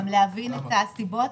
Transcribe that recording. גם להבין את הסיבות,